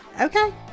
Okay